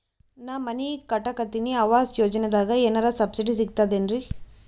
ನಾ ಮನಿ ಕಟಕತಿನಿ ಆವಾಸ್ ಯೋಜನದಾಗ ಏನರ ಸಬ್ಸಿಡಿ ಸಿಗ್ತದೇನ್ರಿ?